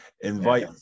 invite